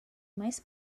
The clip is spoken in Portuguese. mais